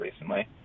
recently